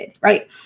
right